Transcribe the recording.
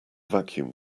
vacuum